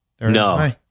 no